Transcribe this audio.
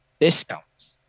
discounts